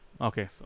Okay